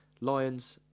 Lions